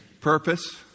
Purpose